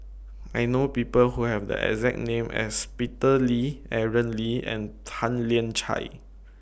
I know People Who Have The exact name as Peter Lee Aaron Lee and Tan Lian Chye